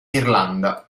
irlanda